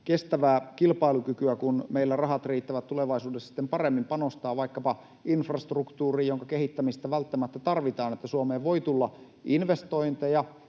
kestävää kilpailukykyä, että meillä rahat riittävät tulevaisuudessa sitten paremmin panostaa vaikkapa infrastruktuuriin, jonka kehittämistä välttämättä tarvitaan, jotta Suomeen voi tulla investointeja,